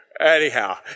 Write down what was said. Anyhow